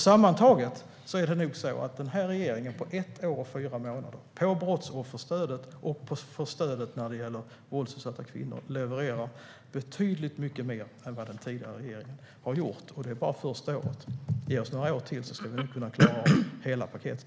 Sammantaget är det nog så att denna regering på ett år och fyra månader när det gäller brottsofferstödet och stödet för våldsutsatta kvinnor har levererat betydligt mycket mer än vad den tidigare regeringen har gjort. Och det här är bara det första året. Ge oss några år till så ska vi nog kunna klara av hela paketet!